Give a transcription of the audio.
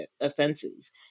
offenses